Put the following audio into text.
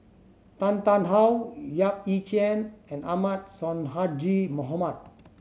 Tan Tarn How Yap Ee Chian and Ahmad Sonhadji Mohamad